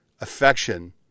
affection